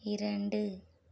இரண்டு